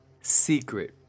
secret